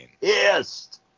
yes